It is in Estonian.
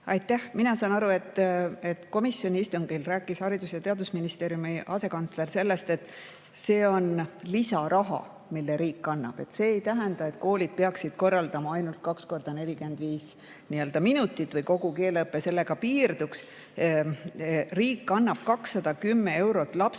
Aitäh! Mina saan aru, et komisjoni istungil rääkis Haridus‑ ja Teadusministeeriumi asekantsler sellest, et see on lisaraha, mille riik annab. See ei tähenda, et koolid peaksid korraldama ainult kaks korda 45 minutit või et kogu keeleõpe sellega piirdub. Riik annab 210 eurot lapse